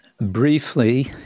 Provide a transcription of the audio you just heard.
briefly